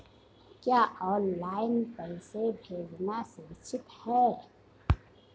क्या ऑनलाइन पैसे भेजना सुरक्षित है?